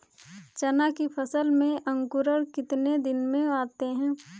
चना की फसल में अंकुरण कितने दिन में आते हैं?